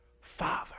Father